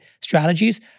strategies